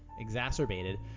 exacerbated